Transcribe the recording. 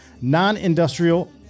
non-industrial